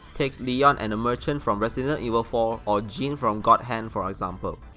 take leon and the merchant from resident evil four, or gene from god hand for example.